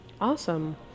Awesome